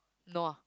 no ah